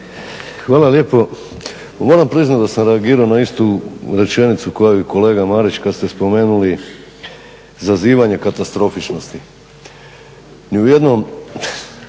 Hvala lijepo. Moram priznati da sam reagirao na istu rečenicu kao i kolega Marić kada ste spomenuli zazivanje katastrofičnosti.